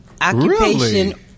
occupation